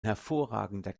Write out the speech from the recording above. hervorragender